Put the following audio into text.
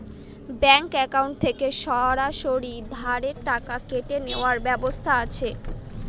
Bank account থেকে সরাসরি ঋণের টাকা কেটে নেওয়ার ব্যবস্থা আছে?